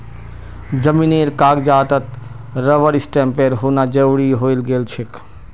जमीनेर कागजातत रबर स्टैंपेर होना जरूरी हइ गेल छेक